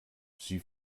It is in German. sie